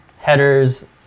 Headers